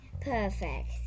perfect